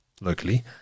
locally